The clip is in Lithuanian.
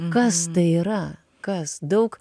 kas tai yra kas daug